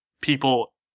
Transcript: people